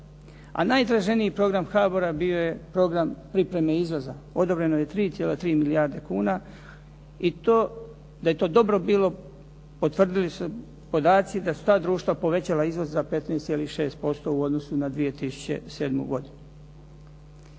A najtraženiji program HABOR-a bio je program pripreme izvoza. Odobreno je 3,3 milijarde kuna i to da je to dobro bilo potvrdili su podaci da su ta društva povećala izvoz za 15,6% u odnosu na 2007. godinu.